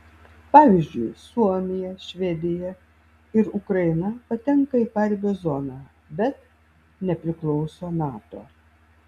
pavyzdžiui suomija švedija ir ukraina patenka į paribio zoną bet nepriklauso nato